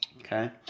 Okay